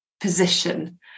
position